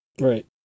Right